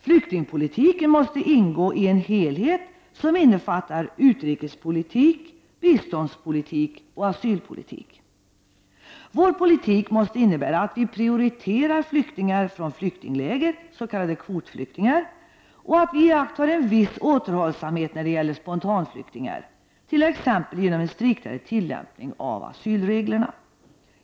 Flyktingpolitiken måste ingå i en helhet som innefattar utrikespolitik, biståndspolitik och asylpolitik. Vår politik måste innebära att vi prioriterar flyktingar från flyktingläger, s.k. kvotflyktingar, och att vi iakttar en viss återhållsamhet när det gäller spontanflyktingar, t.ex. genom en striktare tillämpning av asylreglerna.